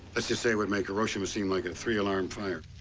let's just say it would make hiroshima seem like a three-alarm fire.